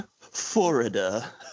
Florida